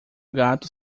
gato